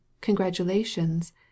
Congratulations